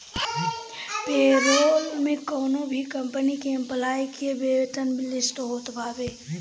payroll में कवनो भी कंपनी के एम्प्लाई के वेतन लिस्ट होत बावे